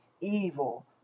Evil